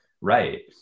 right